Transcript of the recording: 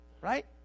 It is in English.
Right